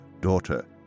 Daughter